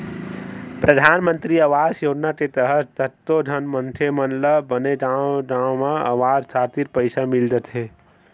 परधानमंतरी आवास योजना के तहत कतको झन मनखे मन ल बने गांव गांव म अवास खातिर पइसा मिल जाथे